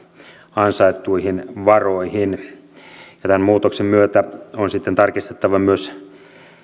ansaittuihin varoihin tämän muutoksen myötä on sitten tarkistettava myös